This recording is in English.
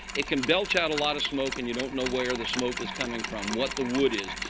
it can belch out a lot of smoke. and you don't know where the smoke is coming from, what the wood is.